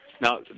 Now